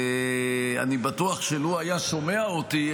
אני בטוח שלו היה שומע אותי,